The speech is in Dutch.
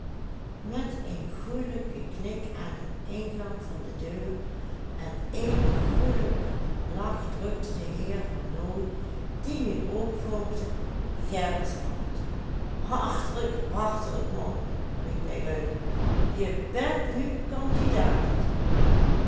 met een goelijken knik aan den ingang van de deur en een nog goelijker lach drukte de heer vernooy die nu ook volgde gerrits hand hartelijk hartelijk man riep hij uit je bent nu candidaat